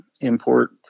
import